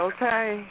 Okay